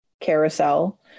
carousel